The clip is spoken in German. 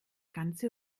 ganze